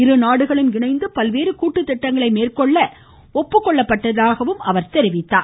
இருநாடுகளும் இணைந்து பல்வேறு கூட்டு திட்டங்களை மேற்கொள்ள ஒப்புக்கொள்ளப்பட்டதாகவும் அவர் கூறினார்